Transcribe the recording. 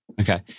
Okay